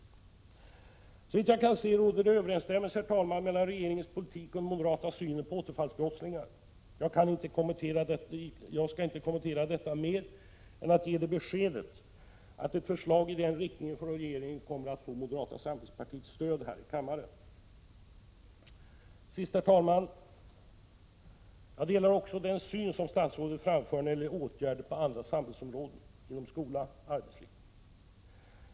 Såvitt jag kan se råder en överensstämmelse mellan regeringens politik och den moderata synen på återfallsbrottslingar. Jag skall inte kommentera detta mer än att ge det beskedet att förslag i den riktningen från regeringen kommer att få moderata samlingspartiets stöd här i kammaren. Herr talman! Till sist vill jag säga att jag också delar den syn som statsrådet framför när det gäller åtgärder på andra samhällsområden, såsom skola och arbetsliv.